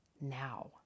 now